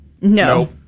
no